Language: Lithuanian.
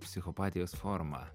psichopatijos forma